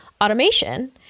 automation